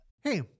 Hey